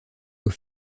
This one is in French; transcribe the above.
aux